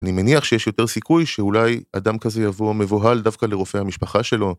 אני מניח שיש יותר סיכוי שאולי אדם כזה יבוא מבוהל דווקא לרופא המשפחה שלו.